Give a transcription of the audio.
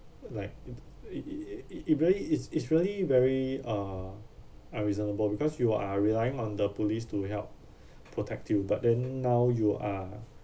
like it it it it it really it's it's really very uh are reasonable because you are relying on the police to help protect you but then now you are